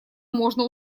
можно